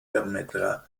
permettra